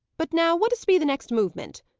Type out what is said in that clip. but now, what is to be the next movement?